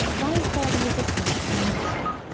why is there the resistance in a mixture,